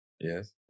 Yes